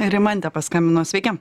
rimantė paskambino sveiki